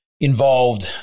involved